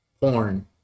porn